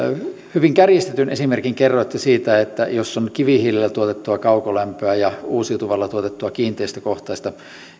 hyvin kärjistetyn esimerkin kerroitte siitä että jos on kivihiilellä tuotettua kaukolämpöä ja uusiutuvalla tuotettua kiinteistökohtaista